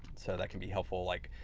so that can be helpful. like,